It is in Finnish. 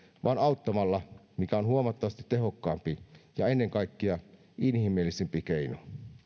vaan auttamalla mikä on huomattavasti tehokkaampi ja ennen kaikkea inhimillisempi keino